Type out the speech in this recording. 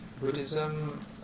Buddhism